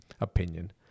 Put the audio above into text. opinion